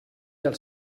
els